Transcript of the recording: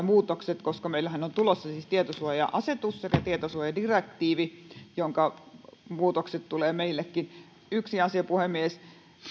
muutokset koska meillehän on tulossa siis tietosuoja asetus sekä tietosuojadirektiivi joiden muutokset tulevat meillekin yksi asia puhemies